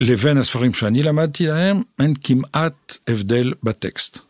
לבין הספרים שאני למדתי להם, אין כמעט הבדל בטקסט.